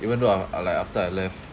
even though uh uh like after I left